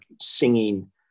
singing